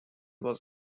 was